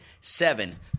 Seven